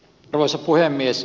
arvoisa puhemies